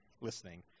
listening